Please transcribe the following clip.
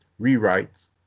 rewrites